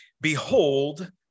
Behold